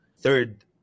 third